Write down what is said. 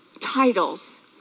titles